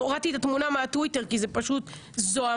הורדתי את התמונה מהטוויטר כי זו פשוט זוהמה,